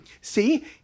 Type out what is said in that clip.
See